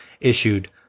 issued